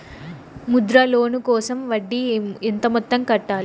Mudra loan కోసం వడ్డీ ఎంత మొత్తం కట్టాలి